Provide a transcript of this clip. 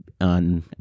on